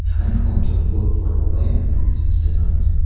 i am going to look for the land breezes tonight.